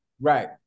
Right